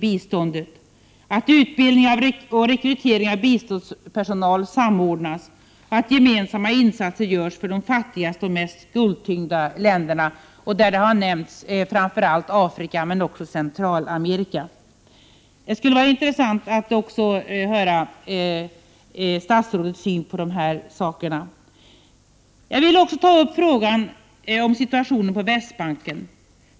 Vidare bör utbildning och rekrytering av biståndspersonal samordnas och gemensamma insatser göras för de fattigaste och mest skuldtyngda länderna, där framför allt Afrika men också Centralamerika har nämnts. Det skulle vara intressant att höra statsrådets syn på dessa saker. Jag vill också ta upp frågan om situationen på Västbanken.